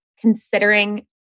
considering